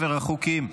נמנעים.